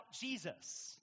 Jesus